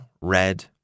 red